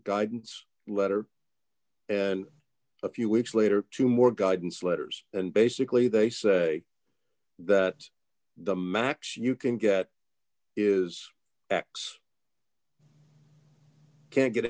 guidance letter and a few weeks later two more guidance letters and basically they say that the max you can get is x can't get